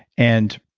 and